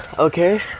Okay